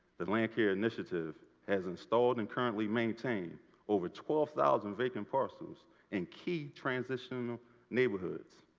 the land care initiative has installed and currently maintains over twelve thousand vacant parcels in key transitional neighborhoods.